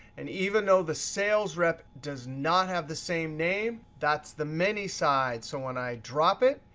and even though the sales rep does not have the same name, that's the many side. so when i drop it,